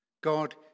God